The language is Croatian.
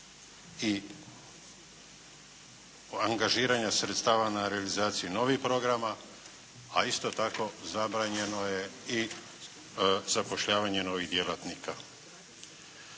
o angažiranju sredstava na realizaciji novih programa a isto tako zabranjeno je i zapošljavanje novih djelatnika.